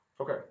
Okay